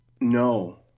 No